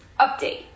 update